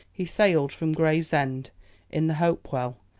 he sailed from gravesend in the hopewell,